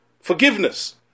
forgiveness